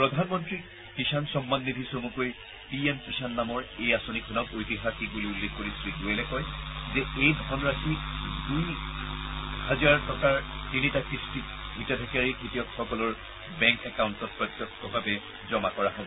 প্ৰধানমন্ত্ৰী কিষাণ সম্মান নিধি চমুকৈ পি এম কিষাণ নামৰ এই আঁচনিখনক ঐতিহাসিক বুলি উল্লেখ কৰি শ্ৰী গোৱেলে কয় যে এই ধন ৰাশি দুই দুই হাজাৰ টকাৰ তিনিটা কিস্তিত হিতাধিকাৰী খেতিয়কসকলৰ বেংক একাউণ্টত প্ৰত্যক্ষভাৱে জমা কৰা হ'ব